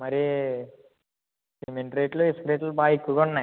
మరి సిమెంట్ రేట్లు ఇసుక రేట్లు బాగా ఎక్కువగా ఉన్నాయి